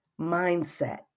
mindset